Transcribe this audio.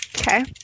Okay